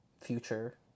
future